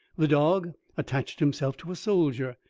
the dog attached himself to a soldier,